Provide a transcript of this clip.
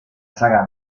saga